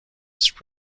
its